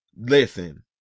listen